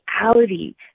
reality